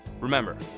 Remember